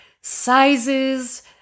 sizes